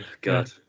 God